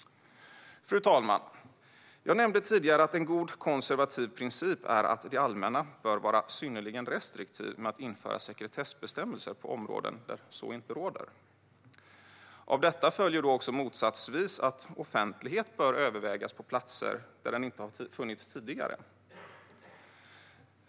Fru talman! Jag nämnde tidigare att en god konservativ princip är att det allmänna bör vara synnerligen restriktivt med att införa sekretessbestämmelser på områden där sådana inte redan finns. Av detta följer motsatsvis att offentlighet bör övervägas på platser där det inte tidigare funnits.